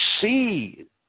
see